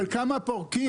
אבל כמה פורקים?